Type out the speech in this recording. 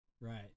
Right